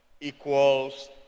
equals